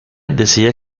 decide